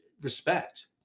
respect